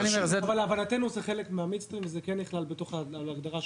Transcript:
אבל להבנתנו זה חלק מהמידסטרים וזה כן נכלל בתוך ההסדרה.